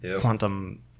Quantum